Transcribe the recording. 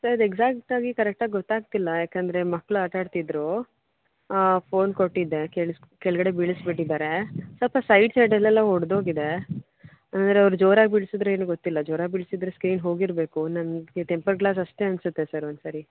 sir ಎಗ್ಸ್ಯಾಕ್ಟಾಗಿ ಕರೆಕ್ಟಾಗಿ ಗೊತ್ತಾಗ್ತಿಲ್ಲ ಯಾಕಂದರೆ ಮಕ್ಕಳು ಆಟಾಡ್ತಿದ್ದರು ಫೋನ್ ಕೊಟ್ಟಿದ್ದೆ ಕೆಳ್ಸ್ ಕೆಳಗಡೆ ಬೀಳಿಸ್ಬಿಟ್ಟಿದಾರೆ ಸ್ವಲ್ಪ ಸೈಡ್ ಸೈಡಲ್ಲೆಲ್ಲ ಒಡೆದೋಗಿದೆ ಅಂದರೆ ಅವ್ರು ಜೋರಾಗಿ ಬೀಳಿಸಿದ್ರೊ ಏನೋ ಗೊತ್ತಿಲ್ಲ ಜೋರಾಗಿ ಬೀಳಿಸಿದ್ರೆ ಸ್ಕ್ರೀನ್ ಹೋಗಿರಬೇಕು ನನಗೆ ಟೆಂಪರ್ ಗ್ಲಾಸ್ ಅಷ್ಟೇ ಅನ್ನಿಸುತ್ತೆ ಸರ್ ಒಂದು ಸಾರಿ